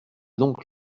donc